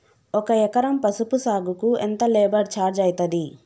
ఒక ఎకరం పసుపు సాగుకు ఎంత లేబర్ ఛార్జ్ అయితది?